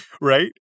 Right